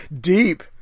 Deep